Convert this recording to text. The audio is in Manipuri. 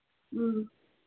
ꯎꯝ